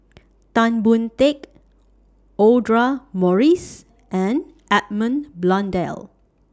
Tan Boon Teik Audra Morrice and Edmund Blundell